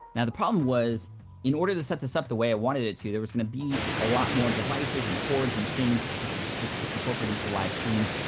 now the problem was in order to set this up the way i wanted it to there was gonna be a lot more devices and cords, and things just to incorporate into the livestreams.